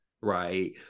right